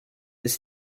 ist